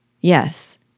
Yes